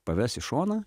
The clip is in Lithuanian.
paves į šoną